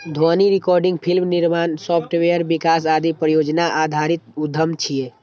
ध्वनि recording, film निर्माण, software विकास आदि परियोजना आधारित उद्यम छियै